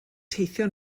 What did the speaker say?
teithio